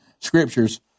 scriptures